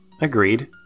Agreed